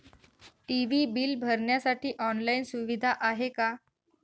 TV bill भरण्यासाठी online सुविधा आहे का?